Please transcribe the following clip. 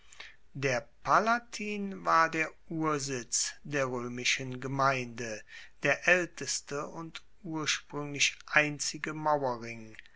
der palatin war der ursitz der roemischen gemeinde der aelteste und urspruenglich einzige mauerring